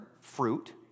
fruit